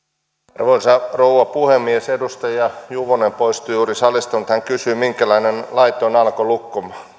arvoisa rouva puhemies edustaja juvonen poistui juuri salista mutta hän kysyi minkälainen laite on alkolukko